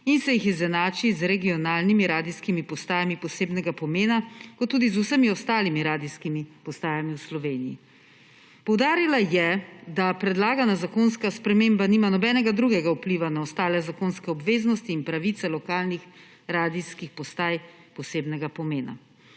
in se jih izenači z regionalnimi radijskimi postajami posebnega pomena, kot tudi z vsemi ostalimi radijskimi postajami v Sloveniji. Poudarila je, da predlagana zakonska sprememba nima nobenega drugega vpliva na ostale zakonske obveznosti in pravice lokalnih radijskih postaj posebnega pomena.